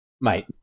Mate